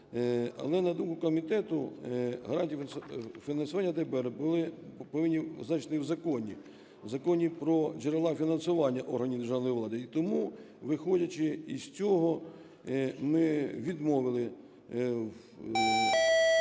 Але, на думку комітету, гарантії фінансування ДБР були… повинні зазначатись в законі, в Законі "Про джерела фінансування органів державної влади". І тому, виходячи із цього, ми відмовили